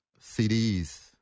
CDs